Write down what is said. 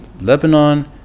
Lebanon